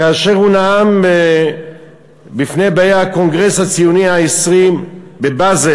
כאשר הוא נאם בפני באי הקונגרס הציוני ה-20 בבאזל,